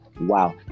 wow